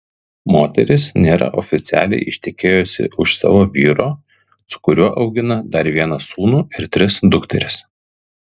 moteris nėra oficialiai ištekėjusi už savo vyro su kuriuo augina dar vieną sūnų ir tris dukteris